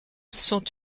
sont